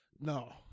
No